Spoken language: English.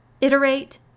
iterate